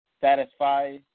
satisfy